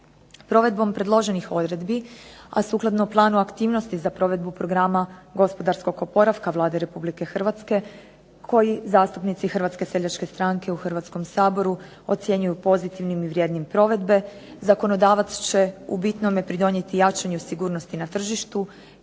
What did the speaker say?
Provedbom predloženih odredbi, a sukladno planu aktivnosti za provedbu programa gospodarskog oporavka Vlade Republike Hrvatske koji zastupnici Hrvatske seljačke stranke u Hrvatskom saboru ocjenjuju pozitivnim i vrijednim provedbe zakonodavac će u bitnome pridonijeti jačanju sigurnosti na tržištu,